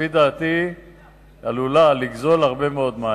לפי דעתי עלולה לגזול הרבה מאוד מים.